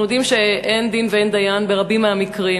אנחנו יודעים שאין דין ואין דיין ברבים מהמקרים.